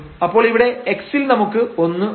അപ്പോൾ ഇവിടെ x ൽ നമുക്ക് 1 ഉണ്ട്